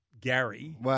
Gary